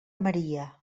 maria